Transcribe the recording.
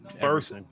first